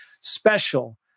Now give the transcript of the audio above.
special